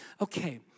okay